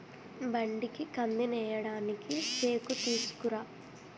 బండికి కందినేయడానికి సేకుతీసుకురా